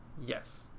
yes